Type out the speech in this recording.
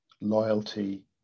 loyalty